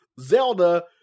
zelda